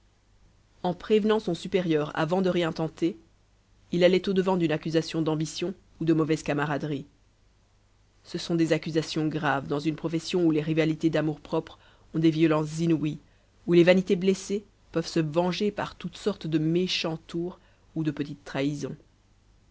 en prévenant son supérieur avant de rien tenter il allait au-devant d'une accusation d'ambition ou de mauvaise camaraderie ce sont des accusations graves dans une profession où les rivalités d'amour-propre ont des violences inouïes où les vanités blessées peuvent se venger par toutes sortes de méchants tours ou de petites trahisons